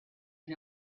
and